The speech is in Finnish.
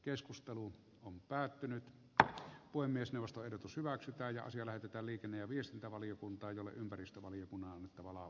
keskustelu on heidän näkemyksensä saadaan myös nostoehdotus hyväksytään asia lähetetään liikenne ja viestintävaliokuntaanolle ympäristövaliokunnan kavala